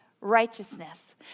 righteousness